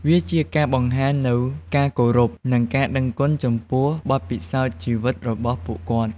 វាជាការបង្ហាញនូវការគោរព និងការដឹងគុណចំពោះបទពិសោធន៍ជីវិតរបស់ពួកគាត់។